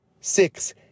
Six